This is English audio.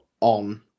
on